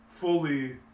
fully